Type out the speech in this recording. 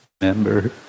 remember